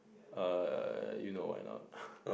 err you know why or not